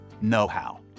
know-how